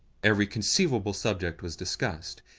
every conceivable subject was discussed,